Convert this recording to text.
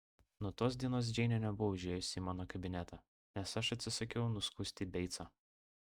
nuo tos dienos džeinė nebuvo užėjusi į mano kabinetą nes aš atsisakiau nuskusti beicą